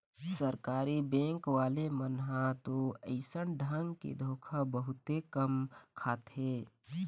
सरकारी बेंक वाले मन ह तो अइसन ढंग के धोखा बहुते कम खाथे